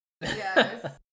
yes